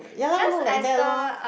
ya lah look like that lor